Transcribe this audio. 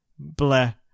Bleh